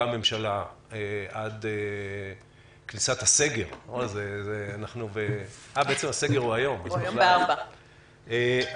ממשלה עד כניסת הסגר שמתחיל היום ב16:00,